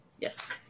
Yes